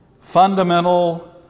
fundamental